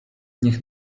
niech